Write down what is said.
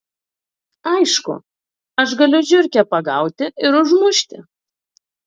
aišku aš galiu žiurkę pagauti ir užmušti